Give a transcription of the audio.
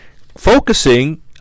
focusing